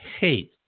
hate